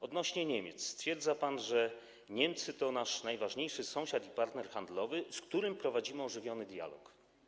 Odnośnie do Niemiec stwierdza pan, że Niemcy to nasz najważniejszy sąsiad i partner handlowy, z którym prowadzimy ożywiony dialog.